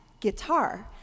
guitar